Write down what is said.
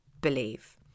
believe